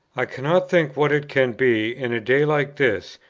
i cannot think what it can be, in a day like this,